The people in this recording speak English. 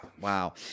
Wow